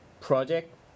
project